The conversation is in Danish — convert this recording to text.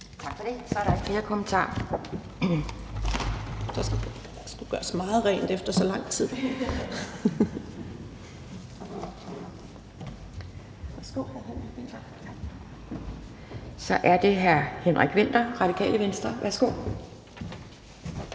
Tak for det. Så er der ikke flere kommentarer, og så er det hr. Henrik Vinther, Radikale Venstre.